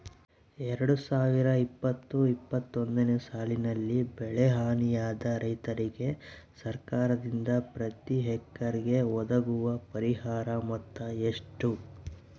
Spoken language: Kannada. ಎರಡು ಸಾವಿರದ ಇಪ್ಪತ್ತು ಇಪ್ಪತ್ತೊಂದನೆ ಸಾಲಿನಲ್ಲಿ ಬೆಳೆ ಹಾನಿಯಾದ ರೈತರಿಗೆ ಸರ್ಕಾರದಿಂದ ಪ್ರತಿ ಹೆಕ್ಟರ್ ಗೆ ಒದಗುವ ಪರಿಹಾರ ಮೊತ್ತ ಎಷ್ಟು?